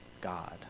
God